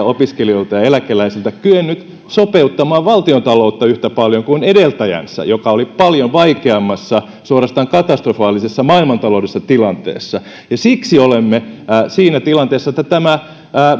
opiskelijoilta ja ja eläkeläisiltä kyennyt sopeuttamaan valtiontaloutta yhtä paljon kuin edeltäjänsä joka oli paljon vaikeammassa suorastaan katastrofaalisessa maailmantaloudellisessa tilanteessa siksi olemme siinä tilanteessa että tämä